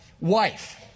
Wife